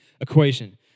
equation